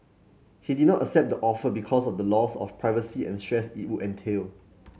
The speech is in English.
he did not accept the offer because of the loss of privacy and stress it would entail